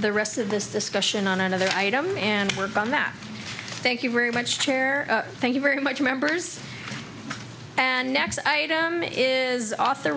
the rest of this discussion on another item and work on that thank you very much chair thank you very much members and next item is author